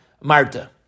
Marta